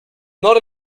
not